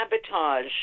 sabotage